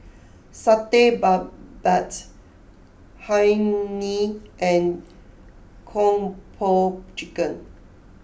Satay Babat Hae Mee and Kung Po Chicken